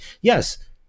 yes